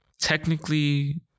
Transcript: Technically